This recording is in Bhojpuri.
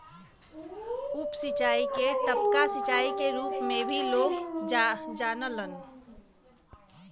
उप सिंचाई के टपका सिंचाई क रूप में भी लोग जानलन